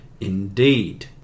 indeed